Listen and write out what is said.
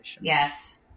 Yes